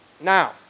Now